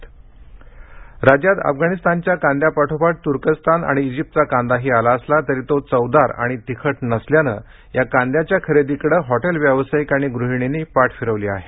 market यार्डात अफगाणिस्तानचा कांदा राज्यात अफगाणिस्तानच्या कांद्या पाठोपाठ तुर्कस्तान आणि इजिप्तचा कांदाही आला असला तरी तो चवदार आणि तिखट नसल्यानं या कांद्याच्या खरेदीकडे हॉटेल व्यावसायिक आणि गृहिणींनी पाठ फिरविली आहे